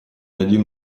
один